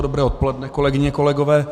Dobré odpoledne, kolegyně, kolegové.